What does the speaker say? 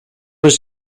was